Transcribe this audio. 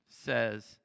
says